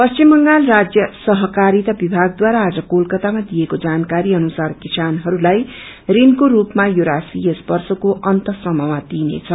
पश्चिम बंगाल राज्य सहकारिता विभागद्वारा आज कोलकातामा दिएको जानकारी अनुसार किसानहस्लाई ऋणको रूपमा यो राशी यस वर्षको अन्तसम्ममा दिइनेछ